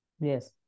yes